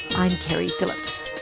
i'm keri phillips.